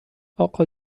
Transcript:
اقا